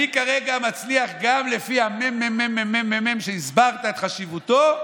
אני כרגע מצליח גם לפי הממ"מ, שהסברת את חשיבותו,